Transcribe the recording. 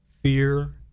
fear